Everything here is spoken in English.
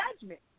judgment